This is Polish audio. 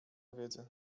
wiedzy